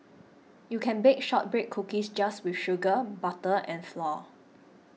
you can bake Shortbread Cookies just with sugar butter and flour